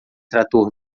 trator